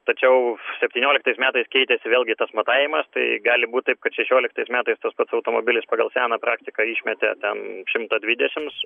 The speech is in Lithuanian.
tačiau septynioliktais metais keitėsi vėlgi tas matavimas tai gali būt taip kad šešioliktais metais tas pats automobilis pagal seną praktiką išmetė ten šimtą dvidešims